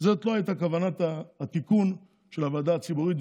זאת לא הייתה כוונת התיקון של הוועדה הציבורית,